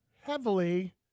heavily